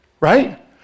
Right